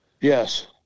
Yes